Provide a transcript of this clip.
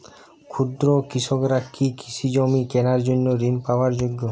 ক্ষুদ্র কৃষকরা কি কৃষিজমি কেনার জন্য ঋণ পাওয়ার যোগ্য?